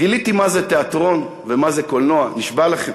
גיליתי מה זה תיאטרון ומה זה קולנוע, נשבע לכם.